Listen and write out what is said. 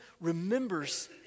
remembers